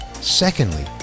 Secondly